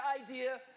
idea